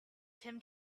tim